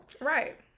right